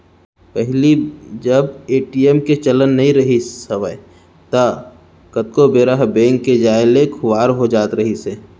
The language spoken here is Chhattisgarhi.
पहिली जब ए.टी.एम के चलन नइ रिहिस हवय ता कतको बेरा ह बेंक के जाय ले खुवार हो जात रहिस हे